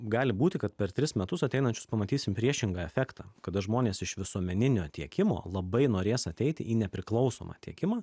gali būti kad per tris metus ateinančius pamatysim priešingą efektą kada žmonės iš visuomeninio tiekimo labai norės ateiti į nepriklausomą tiekimą